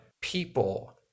people